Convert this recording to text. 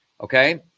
okay